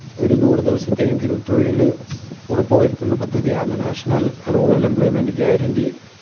ഒരു നൂറ് ദിവസത്തെയെങ്കിലും തൊഴിൽ ഉറപ്പു വരുത്തുന്ന പദ്ധതിയാണ് നാഷണല് റൂറല് എംപ്ലോയ്മെന്റ് ഗ്യാരണ്ടി